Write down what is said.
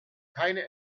keine